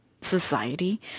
society